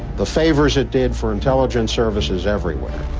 the favors it did for intelligence services everywhere.